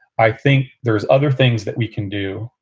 i think there's other things that we can do.